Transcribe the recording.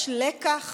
יש לקח